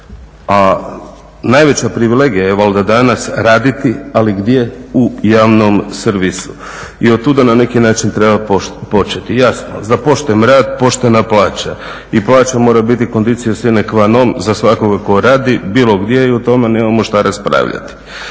a najveća privilegija je valjda danas raditi ali gdje, u javnom servisu i od tuda na neki način treba početi. Jasno, za pošten rad poštena plaća i plaća mora biti conditio sine quanon za svakoga tko radi, bilo gdje i o tome nemamo šta raspravljati.